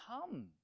come